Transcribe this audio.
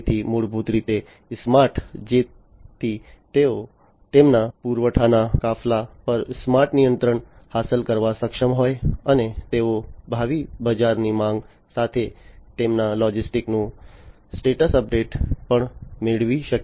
તેથી મૂળભૂત રીતે સ્માર્ટ જેથી તેઓ તેમના પુરવઠાના કાફલા પર સ્માર્ટ નિયંત્રણ હાંસલ કરવામાં સક્ષમ હોય અને તેઓ ભાવિ બજારની માંગ સાથે તેમના લોજિસ્ટિક્સ નું સ્ટેટસ અપડેટ પણ મેળવી શકે